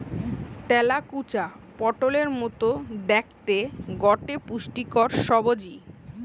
তেলাকুচা পটোলের মতো দ্যাখতে গটে পুষ্টিকর সবজি